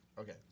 Okay